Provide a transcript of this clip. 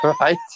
Right